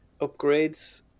upgrades